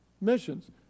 missions